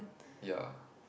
ya